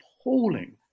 appalling